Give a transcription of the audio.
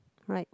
right